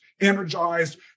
energized